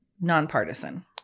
nonpartisan